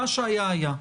מה שהיה היה,